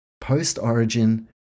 post-origin